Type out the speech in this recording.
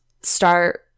start